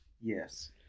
Yes